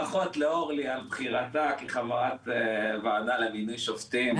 ברכות לאורלי על בחירתה כחברת הוועדה למינוי שופטים.